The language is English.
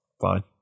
fine